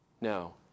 No